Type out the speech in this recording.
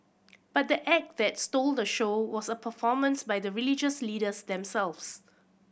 but the act that stole the show was a performance by the religious leaders themselves